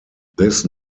this